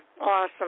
Awesome